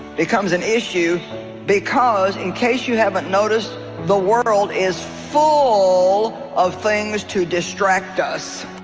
becomes an issue because in case you haven't noticed the world is full of things to distract us